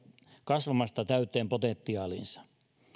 kasvamasta täyteen potentiaaliinsa